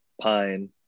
pine